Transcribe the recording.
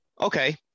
Okay